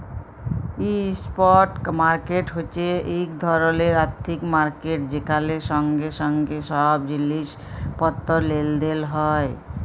spot market হছে ইক ধরলের আথ্থিক মার্কেট যেখালে সঙ্গে সঙ্গে ছব জিলিস পত্তর লেলদেল হ্যয়